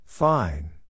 Fine